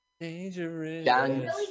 Dangerous